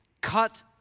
cut